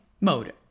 mode